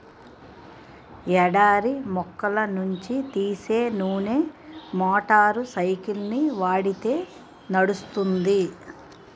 ఎడారి మొక్కల నుంచి తీసే నూనె మోటార్ సైకిల్కి వాడితే నడుస్తుంది